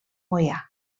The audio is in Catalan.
moià